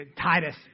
Titus